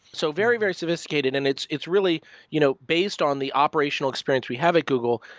so very very sophisticated and it's it's really you know based on the operational experience we have at google.